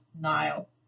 Nile